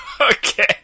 Okay